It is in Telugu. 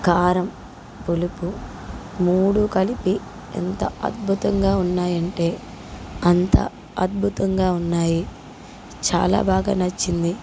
కారం పులుపు మూడు కలిపి ఎంత అద్భుతంగా ఉన్నాయంటే అంత అద్భుతంగా ఉన్నాయి చాలా బాగా నచ్చింది